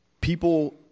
people